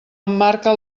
emmarca